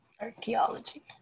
Archaeology